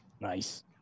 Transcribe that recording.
Nice